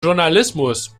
journalismus